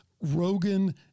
Rogan